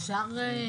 אפשר לקבל?